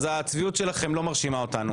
הצביעות שלכם לא מרשימה אותנו.